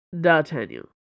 D'Artagnan